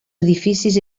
edificis